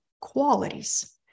qualities